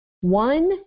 One